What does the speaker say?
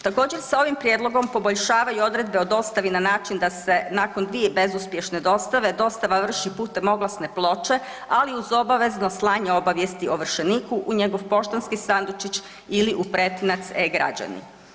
Također se ovim prijedlogom poboljšavaju odredbe o dostavi na način da se nakon dvije bezuspješne dostave, dostava vrši putem oglasne ploče ali uz obavezno slanje obavijesti ovršeniku u njegov poštanski sandučić ili u pretinac E-građani.